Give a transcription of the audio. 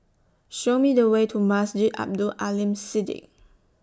Show Me The Way to Masjid Abdul Aleem Siddique